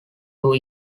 two